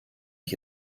ich